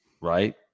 right